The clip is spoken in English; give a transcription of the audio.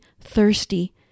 thirsty